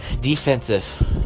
defensive